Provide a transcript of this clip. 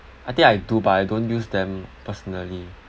I think I do but I don't use them personally